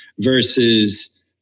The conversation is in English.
versus